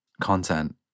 content